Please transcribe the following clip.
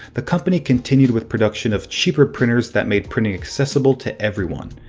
the company continued with production of cheaper printers that made printing accessible to everyone.